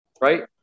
right